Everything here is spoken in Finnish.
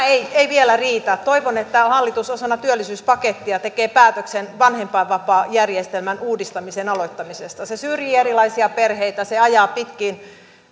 ei ei vielä riitä toivon että hallitus osana työllisyyspakettia tekee päätöksen vanhempainvapaajärjestelmän uudistamisen aloittamisesta se syrjii erilaisia perheitä se ajaa naiset pitkiin